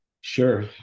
Sure